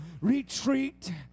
retreat